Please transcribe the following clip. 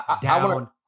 down